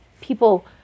people